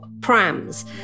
prams